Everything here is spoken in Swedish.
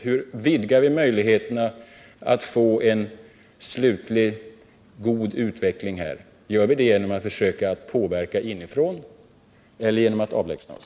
Hur vidgar vi möjligheterna att få en slutlig god utveckling? Gör vi det genom att försöka påverka inifrån eller genom att avlägsna oss?